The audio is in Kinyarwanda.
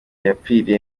yapfiriye